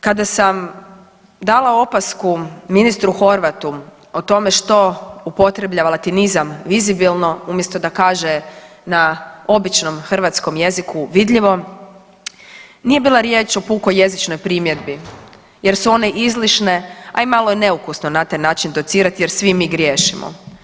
Kada sam dala opasku ministru Horvatu o tome što upotrebljava latinizam „vizibilno“ umjesto da kaže na običnom hrvatskom jeziku „vidljivo“, nije bila riječ o pukoj jezičnoj primjedbi jer su one izlišne, a i malo je neukusno na taj način docirati jer svi mi griješimo.